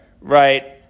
right